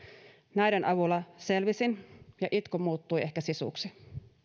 näiden avulla selvisin ja itku muuttui ehkä sisuksi